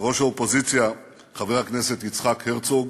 ראש האופוזיציה חבר הכנסת יצחק הרצוג